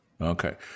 Okay